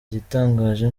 igitangaje